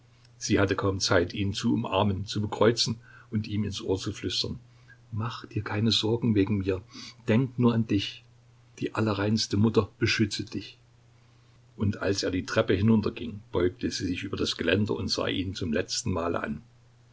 sie hatte kaum zeit ihn zu umarmen zu bekreuzen und ihm ins ohr zu flüstern mach dir keine sorgen wegen mir denke nur an dich die allerreinste mutter beschütze dich und als er die treppe hinunterging beugte sie sich über das geländer und sah ihn zum letzten male an